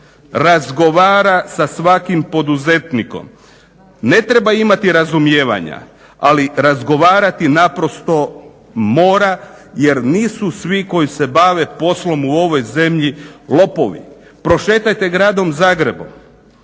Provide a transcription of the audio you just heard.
razgovara sa svakim poduzetnikom, ne treba imati razumijevanja ali razgovarati naprosto mora, jer nisu svi koji se bave poslom u ovoj zemlji lopovi. Prošetajte gradom Zagrebom,